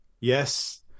Yes